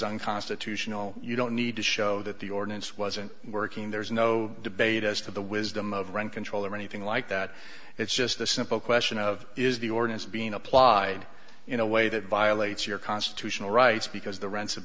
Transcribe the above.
unconstitutional you don't need to show that the ordinance wasn't working there's no debate as to the wisdom of rent control or anything like that it's just the simple question of is the ordinance being applied in a way that violates your constitutional rights because the rents have